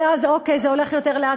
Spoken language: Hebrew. אוקיי זה הולך יותר לאט,